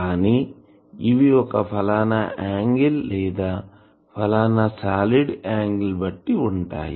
కానీ ఇవి ఒక ఫలానా యాంగిల్ లేదా ఫలానా సాలిడ్ యాంగిల్ బట్టి ఉంటాయి